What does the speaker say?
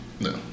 No